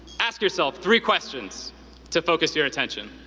ask yourself three questions to focus your attention.